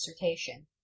dissertation